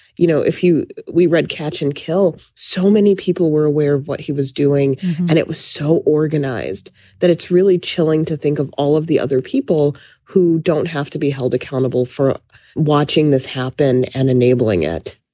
you know, if we read, catch and kill, so many people were aware of what he was doing and it was so organized that it's really chilling to think of all of the other people who don't have to be held accountable for watching this happen and enabling it